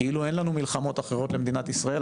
כאילו אין לנו מלחמות אחרות למדינת ישראל,